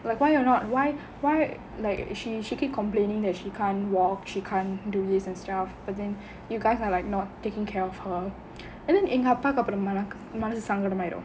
like why you are not why why like she she keep complaining that she can't walk she can't do this and stuff but then you guys are like not taking care of her and then in her எங்க அப்பாக்கு அப்புறம் மனசு சங்கடம் ஆகிரும்:enga appakku appuram manasu sangadam agirum